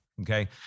okay